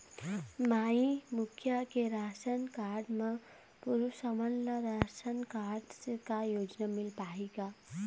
माई मुखिया के ration card म पुरुष हमन ला रासनकारड से का योजना मिल पाही का?